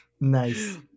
Nice